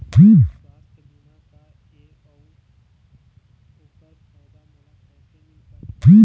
सुवास्थ बीमा का ए अउ ओकर फायदा मोला कैसे मिल पाही?